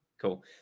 cool